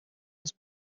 los